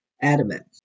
adamant